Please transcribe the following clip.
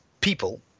people